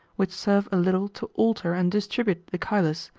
which serve a little to alter and distribute the chylus,